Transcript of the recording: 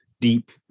deep